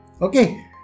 Okay